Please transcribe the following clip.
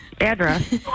address